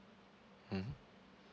mmhmm